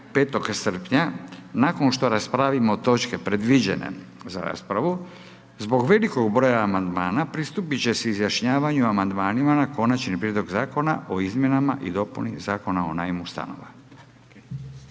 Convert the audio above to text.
5. srpnja, nakon što raspravimo točke predviđene za raspravu, zbog velikog broja amandmana pristupiti će se izjašnjavanju amandmanima, o konačnom prijedlog Zakona o izmjenama i dopuni Zakona o najmu stanova.